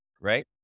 right